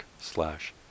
slash